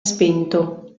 spento